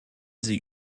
sie